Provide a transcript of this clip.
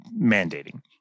mandating